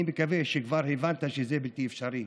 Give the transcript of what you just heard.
אני מקווה שכבר הבנת שזה בלתי אפשרי.